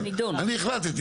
אני החלטתי,